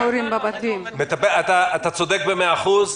אתה צודק במאה אחוז.